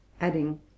adding